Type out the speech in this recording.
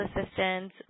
assistance